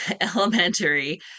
elementary